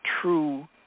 true